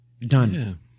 done